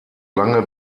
lange